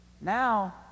Now